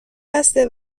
بسته